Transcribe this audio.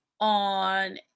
on